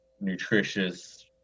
nutritious